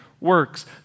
works